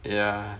ya